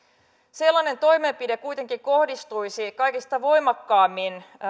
sellainen toimenpide kuitenkin kohdistuisi kaikista voimakkaimmin